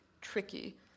tricky